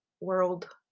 world